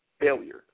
failure